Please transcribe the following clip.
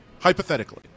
Hypothetically